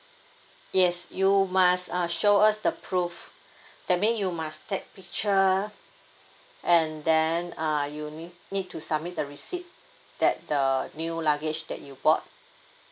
yes you must uh show us the proof that mean you must take picture and then uh you you ne~ need to submit the receipt that the new luggage that you bought